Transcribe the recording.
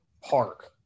Park